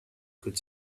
could